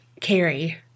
Carrie